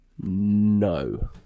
No